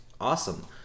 Awesome